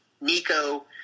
Nico